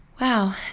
wow